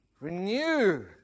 renew